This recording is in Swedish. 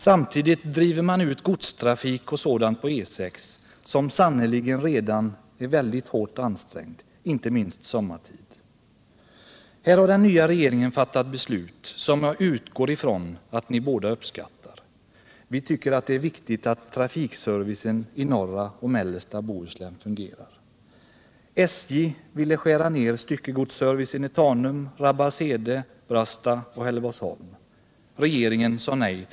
Samtidigt driver man ut godstrafik och sådant på E6, som sannerligen redan är väldigt hårt ansträngd, inte minst sommartid. Här har den nya regeringen fattat beslut, som jag utgår ifrån att ni båda uppskattar. Vi tycker att det är viktigt att trafikservicen i norra och mellersta Bohuslän fungerar.